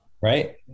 right